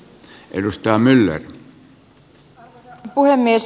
arvoisa puhemies